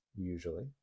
usually